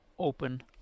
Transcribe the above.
open